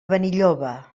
benilloba